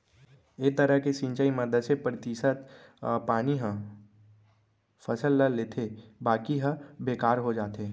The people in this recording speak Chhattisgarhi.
ए तरह के सिंचई म दसे परतिसत पानी ह फसल ल लेथे बाकी ह बेकार हो जाथे